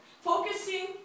focusing